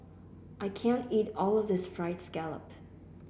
I can't eat all of this fried scallop